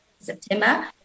September